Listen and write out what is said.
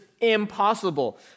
impossible